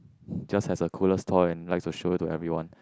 just has a coolest toy and like to show to everyone